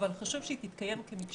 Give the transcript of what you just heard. אבל חשוב שהיא תתקיים כמקשה אחת.